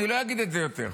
אני לא אגיד את זה יותר.